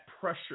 pressure